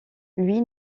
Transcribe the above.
lui